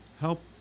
help